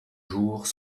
jours